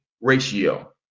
ratio